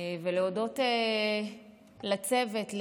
ולהודות לצוות,